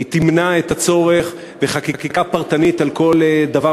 היא תמנע את הצורך בחקיקה פרטנית על כל דבר